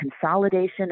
consolidation